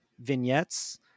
vignettes